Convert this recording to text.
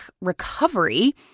recovery